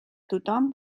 tothom